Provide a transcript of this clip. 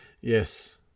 Yes